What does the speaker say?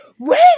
wait